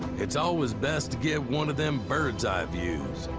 it's always best to get one of them bird's eye views.